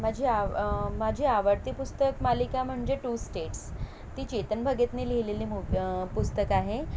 माझी आव माझी आवडती पुस्तक मालिका म्हणजे टू स्टेट्स ती चेतन भगतनी लिहिलेली मु पुस्तक आहे